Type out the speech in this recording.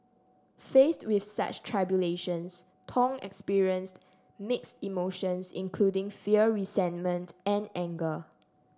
faced with such tribulations Thong experienced mixed emotions including fear resentment and anger